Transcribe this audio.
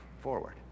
forward